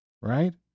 right